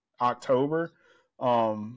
October